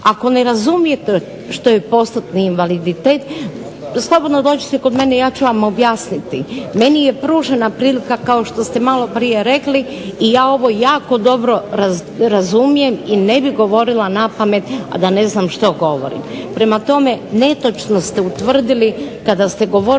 Ako ne razumijete što je 100%-ni invaliditet slobodno dođite kod mene ja ću vam objasniti. Meni je pružena prilika kao što ste maloprije rekli i ja ovo jako dobro razumijem i ne bih govorila napamet, a da ne znam što govorim. Prema tome, netočno ste utvrdili kada ste govorili